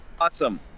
Awesome